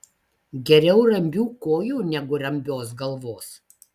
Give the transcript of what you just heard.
geriau rambių kojų negu rambios galvos